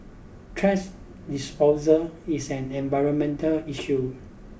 trash disposal is an environmental issue